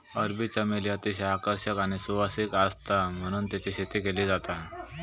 अरबी चमेली अतिशय आकर्षक आणि सुवासिक आसता म्हणून तेची शेती केली जाता